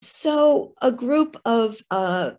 ‫אז קבוצה של...